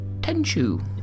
Tenchu